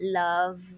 love